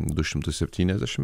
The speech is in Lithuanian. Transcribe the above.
du šimtus septyniasdešimt